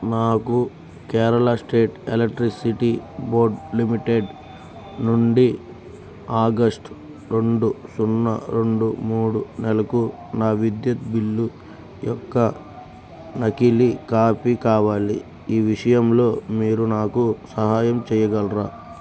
నాకు Kerala state electricity board limited నుండి August రెండు సున్నా రెండు మూడు నెలకు నా విద్యుత్ బిల్లు యొక్క నకిలీ కాపీ కావాలి ఈ విషయంలో మీరు నాకు సహాయం చేయగలరా